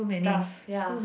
stuff ya